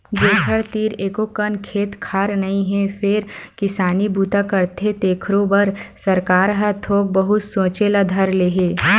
जेखर तीर एको अकन खेत खार नइ हे फेर किसानी बूता करथे तेखरो बर सरकार ह थोक बहुत सोचे ल धर ले हे